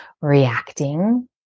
reacting